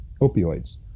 opioids